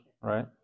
right